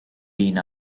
been